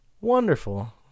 wonderful